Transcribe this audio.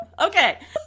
okay